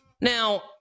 Now